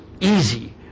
easy